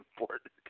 important